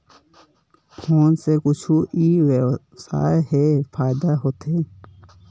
Phone से कुछु ई व्यवसाय हे फ़ायदा होथे?